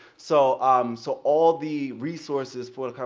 so um so all the resources for